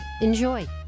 Enjoy